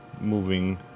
moving